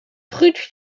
truc